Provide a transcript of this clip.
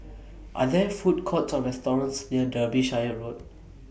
Are There Food Courts Or restaurants near Derbyshire Road